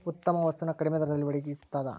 ಉತ್ತಮ ವಸ್ತು ನ ಕಡಿಮೆ ದರದಲ್ಲಿ ಒಡಗಿಸ್ತಾದ